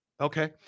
Okay